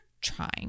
trying